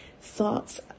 thoughts